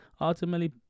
ultimately